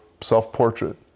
self-portrait